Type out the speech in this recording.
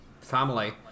family